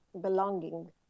belonging